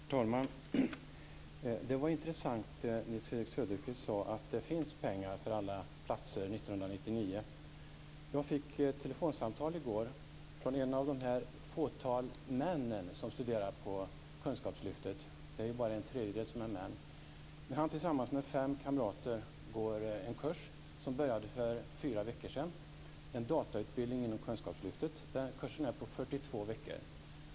Herr talman! Det var intressant att Nils-Erik Söderqvist sade att det finns pengar för alla platser Jag fick i går ett telefonsamtal från en av det fåtal män som studerar inom kunskapslyftet - det är ju bara en tredjedel män. Han går tillsammans med fem kamrater en datautbildning på 42 veckor som började för fyra veckor sedan.